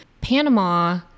Panama